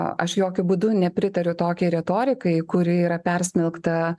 aš jokiu būdu nepritariu tokiai retorikai kuri yra persmelkta